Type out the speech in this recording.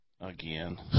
Again